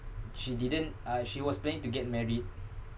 she didn't uh she was planning to get married